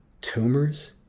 tumors